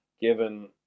given